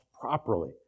properly